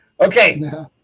Okay